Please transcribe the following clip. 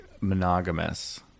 monogamous